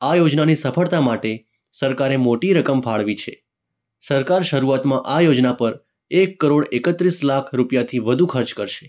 આ યોજનાની સફળતા માટે સરકારે મોટી રકમ ફાળવી છે સરકાર શરુઆતમાં આ યોજના પર એક કરોડ એકત્રીસ લાખ રુપિયાથી વધુ ખર્ચ કરશે